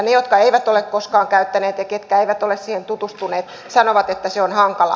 ne jotka eivät ole koskaan käyttäneet ja jotka eivät ole siihen tutustuneet sanovat että se on hankalaa